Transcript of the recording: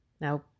Now